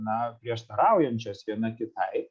na prieštaraujančios viena kitai